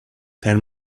there